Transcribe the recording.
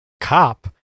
cop